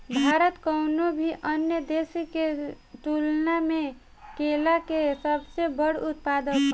भारत कउनों भी अन्य देश के तुलना में केला के सबसे बड़ उत्पादक ह